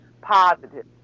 positive